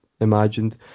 imagined